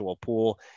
pool